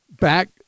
back